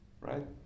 right